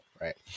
right